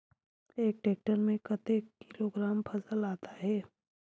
एक टेक्टर में कतेक किलोग्राम फसल आता है?